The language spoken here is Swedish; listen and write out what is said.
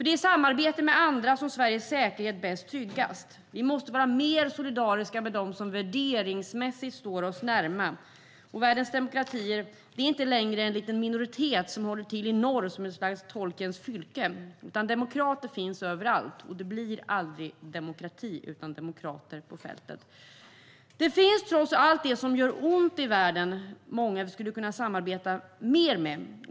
Det är i samarbete med andra som Sveriges säkerhet bäst tryggas. Vi måste vara mer solidariska med dem som värderingsmässigt står oss nära. Världens demokratier är inte längre en liten minoritet som håller till i norr som ett slags Tolkienskt fylke. Demokrater finns överallt, och det blir aldrig demokrati utan demokrater på fältet. Det finns trots allt det som gör ont i världen. Många skulle kunna samarbeta mer.